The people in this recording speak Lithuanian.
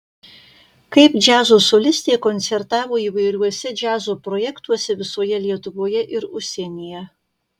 kaip džiazo solistė koncertavo įvairiuose džiazo projektuose visoje lietuvoje ir užsienyje